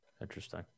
Interesting